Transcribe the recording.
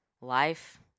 Life